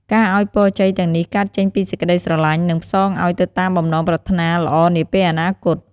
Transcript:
ការអោយពរជ័យទាំងនេះកើតចេញពីសេចក្តីស្រឡាញ់ និងផ្សងអោយទៅតាមបំណងប្រាថ្នាល្អនាពេលអនាគត។